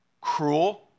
cruel